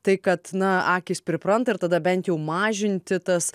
tai kad na akys pripranta ir tada bent jau mažinti tas